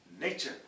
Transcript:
nature